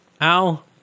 Al